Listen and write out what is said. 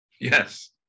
yes